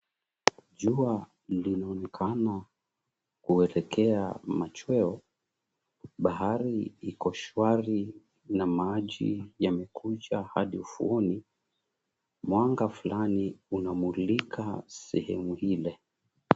Jua linaonekana kuelekea machweo. Bahari iko shwari, na maji yamekuja hadi ufuoni. Mwanga fulani unamulika sehemu ile.